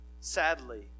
sadly